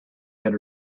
get